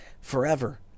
forever